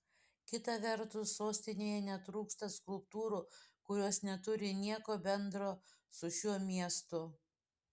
kita vertus sostinėje netrūksta skulptūrų kurios neturi nieko bendro su šiuo miestu